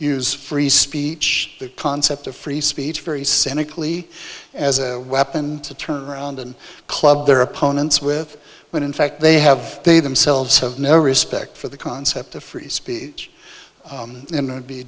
use free speech the concept of free speech very cynically as a weapon to turn around and club their opponents with when in fact they have they themselves have no respect for the concept of free speech